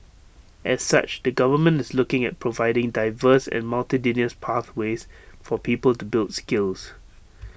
as such the government is looking at providing diverse and multitudinous pathways for people to build skills